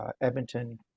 Edmonton